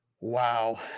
wow